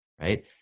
right